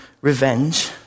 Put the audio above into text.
revenge